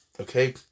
Okay